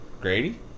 Grady